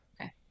Okay